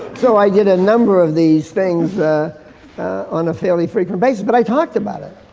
so i did a number of these things on a fairly frequent basis. but i talked about it.